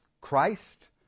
Christ